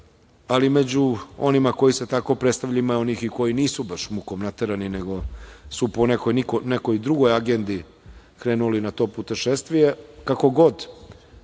Ali, među onima koji se tako predstavljaju ima i onih koji nisu baš mukom naterani, nego su po nekoj drugoj agendi krenuli na to putešestvije. Kako god,